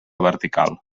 vertical